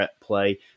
play